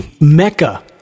mecca